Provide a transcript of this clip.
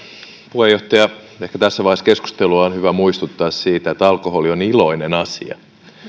puheenjohtaja ehkä tässä vaiheessa keskustelua on hyvä muistuttaa siitä että alkoholi on iloinen asia